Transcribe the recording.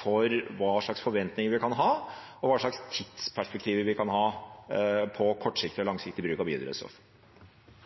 for hva slags forventninger vi kan ha, og hva slags tidsperspektiver vi kan ha på kortsiktig og langsiktig bruk av